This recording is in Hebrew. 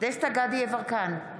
דסטה גדי יברקן,